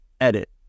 edit